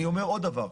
אני אומר עוד דבר.